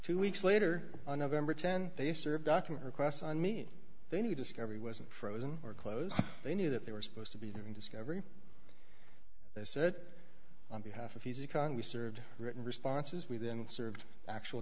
two weeks later on november th they served document requests on me they need discovery wasn't frozen or close they knew that they were supposed to be doing discovery they said on behalf of his economy served written responses we then served actual